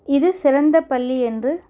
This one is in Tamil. இது சிறந்தப்பள்ளி என்று